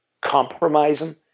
compromising